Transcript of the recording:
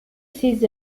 ses